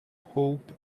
hope